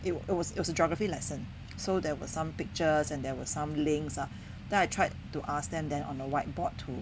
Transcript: it was it was it was a geography lesson so there were some pictures and there were some links ah then I tried to ask them than on the whiteboard to